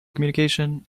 communication